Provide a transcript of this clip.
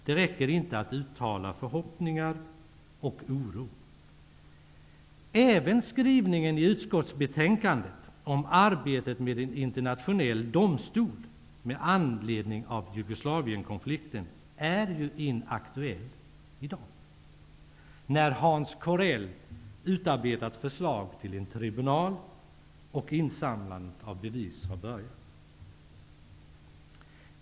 Det räcker inte att uttala förhoppningar och oro. Även skrivningen i utskottsbetänkandet om arbetet med en internationell domstol i anledning av Jugoslavienkonflikten är i dag inaktuell, när Hans Corell utarbetat förslag till en tribunal och insamlandet av bevis har börjat.